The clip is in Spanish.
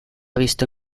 visto